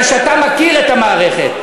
מפני שאתה מכיר את המערכת,